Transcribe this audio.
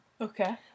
Okay